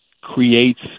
creates